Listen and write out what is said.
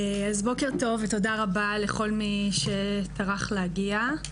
בוקר טוב ותודה רבה לכל מי שטרח להגיע.